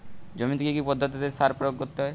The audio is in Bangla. জমিতে কী কী পদ্ধতিতে সার প্রয়োগ করতে হয়?